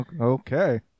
Okay